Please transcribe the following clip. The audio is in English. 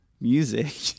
music